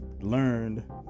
learned